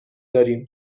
داریم